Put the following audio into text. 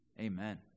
amen